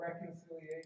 reconciliation